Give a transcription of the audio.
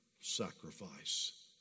sacrifice